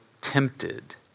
tempted